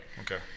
Okay